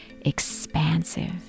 expansive